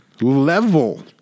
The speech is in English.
level